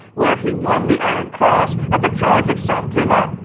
where he won the iron cross at the charge of saint-privat.